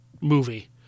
movie